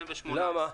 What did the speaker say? למה?